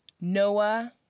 Noah